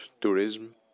tourism